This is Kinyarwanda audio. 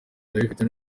ndabifite